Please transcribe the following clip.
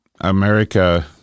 America